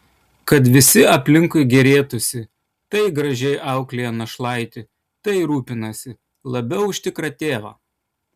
kad visi aplinkui gėrėtųsi tai gražiai auklėja našlaitį tai rūpinasi labiau už tikrą tėvą